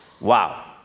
Wow